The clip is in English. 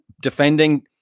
defending